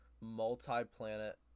multi-planet